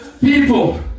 People